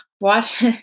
watch